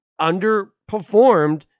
underperformed